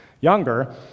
younger